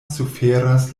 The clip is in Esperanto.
suferas